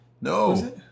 No